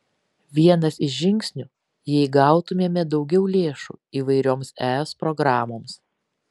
vienas iš žingsnių jei gautumėme daugiau lėšų įvairioms es programoms